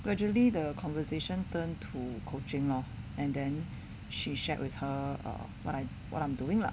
gradually the conversation turned to coaching lor and then she shared with her err what I what I'm doing lah